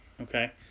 Okay